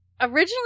Originally